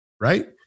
right